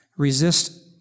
Resist